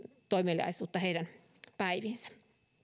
toimeliaisuutta heidän päiviinsä